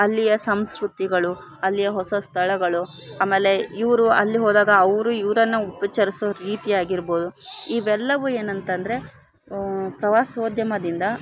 ಅಲ್ಲಿಯ ಸಂಸ್ಕೃತಿಗಳು ಅಲ್ಲಿಯ ಹೊಸ ಸ್ಥಳಗಳು ಆಮೇಲೆ ಇವರು ಅಲ್ಲಿ ಹೋದಾಗ ಅವರು ಇವರನ್ನ ಉಪ್ಚರಿಸೋ ರೀತಿಯಾಗಿರ್ಬೋದು ಇವೆಲ್ಲವು ಏನಂತಂದರೆ ಪ್ರವಾಸೋದ್ಯಮದಿಂದ